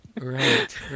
right